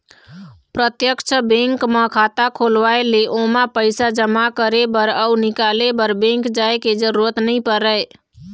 प्रत्यक्छ बेंक म खाता खोलवाए ले ओमा पइसा जमा करे बर अउ निकाले बर बेंक जाय के जरूरत नइ परय